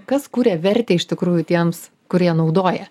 kas kuria vertę iš tikrųjų tiems kurie naudoja